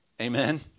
Amen